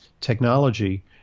Technology